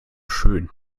schön